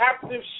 captive